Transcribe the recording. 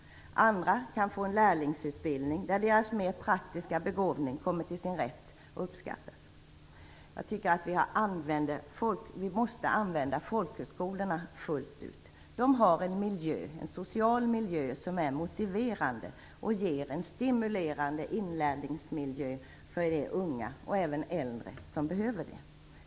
Andra kan få en lärlingsutbildning där deras mer praktiska begåvning kommer till sin rätt och uppskattas. Vi måste använda folkhögskolorna fullt ut. De har en social miljö som är motiverande och ger en stimulerande inlärningsmiljö för de unga och även äldre som behöver det.